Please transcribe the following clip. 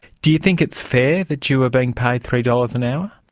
do you think it's fair that you were being paid three dollars an hour?